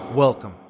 Welcome